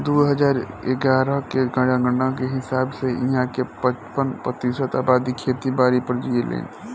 दू हजार इग्यारह के जनगणना के हिसाब से इहां के पचपन प्रतिशत अबादी खेती बारी पर जीऐलेन